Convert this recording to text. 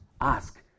ask